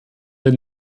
den